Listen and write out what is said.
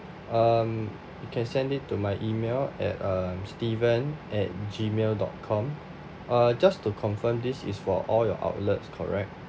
um you can send it to my email at uh steven at gmail dot com uh just to confirm this is for all your outlets correct